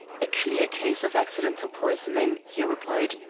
a clear case of accidental poisoning, he replied.